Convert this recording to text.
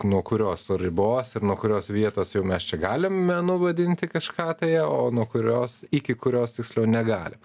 nuo kurios ribos ir nuo kurios vietos jau mes čia galim menu vadinti kažką tai o nuo kurios iki kurios tiksliau negalim